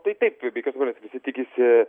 taip taip be jokios abejonės visi tikisi